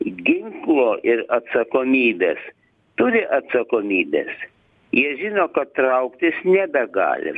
ginklo ir atsakomybės turi atsakomybės jie žino kad trauktis nebegali